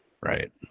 right